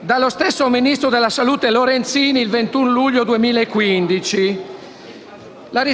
dallo stesso ministro della salute Lorenzin il 21 luglio 2015. Si